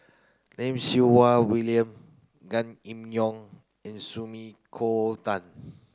Lim Siew Wai William Gan Kim Yong and Sumiko Tan